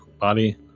body